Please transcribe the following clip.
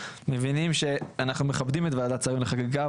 מבינים שאנחנו מכבדים את ועדת שרים לחקיקה,